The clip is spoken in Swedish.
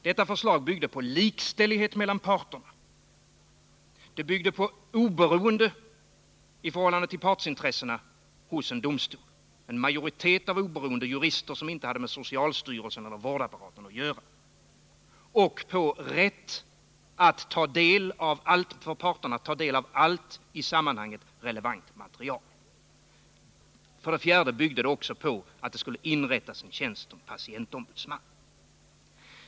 Detta förslag byggde på likställighet mellan parterna, på oberoende i förhållande till partsintressena hos en domstol — en majoritet av oberoende jurister, som inte hade med socialstyrelsen eller vårdapparaten att göra, och på rätt för parterna att få del av allt i sammanhanget relevant material. Vidare byggde det på att det skulle inrättas en tjänst som patientombudsman.